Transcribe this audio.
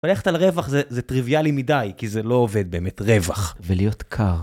ללכת על רווח זה טריוויאלי מדי, כי זה לא עובד באמת, רווח. ולהיות קר.